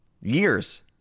years